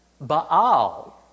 Baal